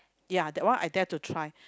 ya that one I dare to try